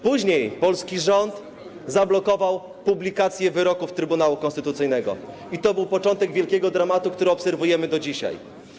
Później polski rząd zablokował publikację wyroków Trybunału Konstytucyjnego i to był początek wielkiego dramatu, który obserwujemy do dzisiaj.